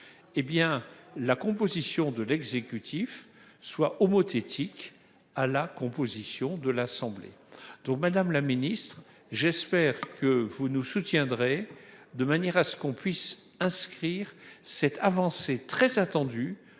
la composition de l'exécutif soit homothétiquement à la composition de l'Assemblée donc Madame la Ministre j'espère que vous nous soutiendrez de manière à ce qu'on puisse inscrire cette avancée très attendue